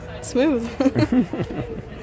smooth